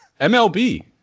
mlb